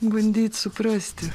bandyt suprasti